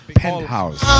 penthouse